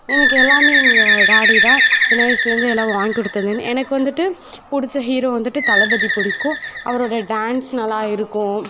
எனக்கு எல்லாமே எங்கள் டாடி தான் சின்ன வயசிலருந்தே எல்லாம் வாங்கிக்கொடுத்ததுலருந்து எனக்கு வந்துட்டு பிடிச்ச ஹீரோ வந்துட்டு தளபதி பிடிக்கும் அவரோடய டான்ஸ் நல்லா இருக்கும்